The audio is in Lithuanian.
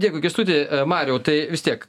dėkui kęstuti mariau tai vis tiek